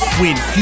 win